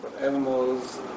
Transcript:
Animals